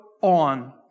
on